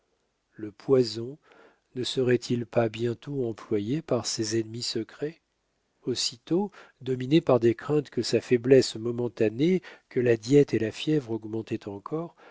le poison ne serait-il pas bientôt employé par ses ennemis secrets aussitôt dominé par des craintes que sa faiblesse momentanée que la diète et la fièvre augmentaient encore